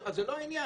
אז זה לא העניין.